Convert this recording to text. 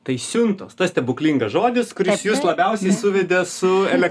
tai siuntos tas stebuklingas žodis kuris jus labiausiai suvedė su ele